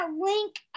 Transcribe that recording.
link